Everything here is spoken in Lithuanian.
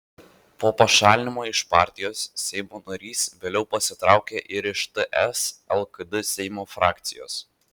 po pašalinimo iš partijos seimo narys vėliau pasitraukė ir iš ts lkd seimo frakcijos